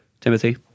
Timothy